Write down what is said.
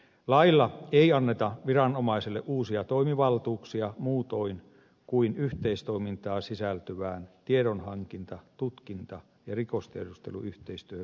lailla ei anneta viranomaiselle uusia toimivaltuuksia muutoin kuin yhteistoimintaan sisältyvään tiedonhankinta tutkinta ja rikostiedusteluyhteistyöhön liittyen